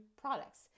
products